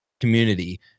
community